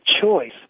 choice